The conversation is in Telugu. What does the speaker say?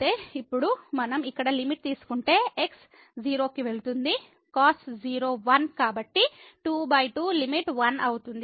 అయితే ఇప్పుడు మనం ఇక్కడ లిమిట్ తీసుకుంటే x 0 కి వెళుతుంది cos 0 1 కాబట్టి 22 లిమిట్ 1 అవుతుంది